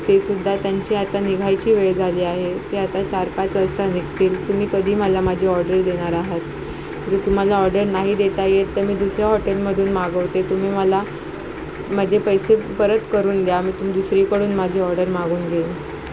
तेसुद्धा त्यांची आता निघायची वेळ झाली आहे ते आता चार पाच वाजता निघतील तुम्ही कधी मला माझी ऑर्डर देणार आहात जर तुम्हाला ऑर्डर नाही देता येत तर मी दुसऱ्या हॉटेलमधून मागवते तुम्ही मला माझे पैसे परत करून द्या मी तुम्ही दुसरीकडून माझी ऑर्डर मागून घेईन